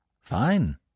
Fine